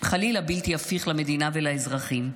בלתי הפיך, חלילה, למדינה ולאזרחים,